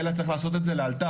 אלא צריך לעשות את זה לאלתר.